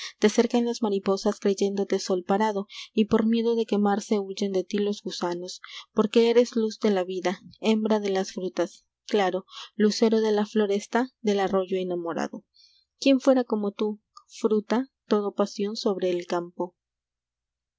te cercan las mariposas creyéndote sol parado y por miedo de quemarse huyen de ti los gusanos porque eres luz de la vida hembra de las frutas claro lucero de la floresta del arroyo enamorado quién fuera como tú fruta todo pasión sobre el campo